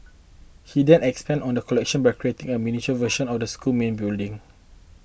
he then expanded on the collection by creating a miniature version of the school's main building